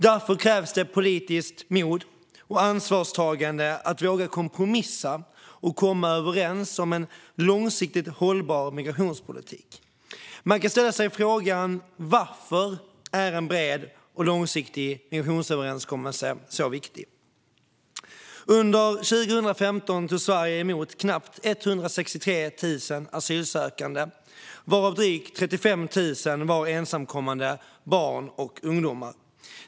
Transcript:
Därför krävs det politiskt mod och ansvarstagande att våga kompromissa och komma överens om en långsiktigt hållbar migrationspolitik. Man kan ställa sig frågan: Varför är en bred och långsiktig migrationsöverenskommelse så viktig? Under 2015 tog Sverige emot knappt 163 000 asylsökande, varav drygt 35 000 var ensamkommande barn och ungdomar.